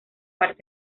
partes